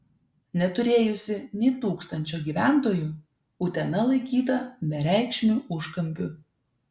neturėjusi nė tūkstančio gyventojų utena laikyta bereikšmiu užkampiu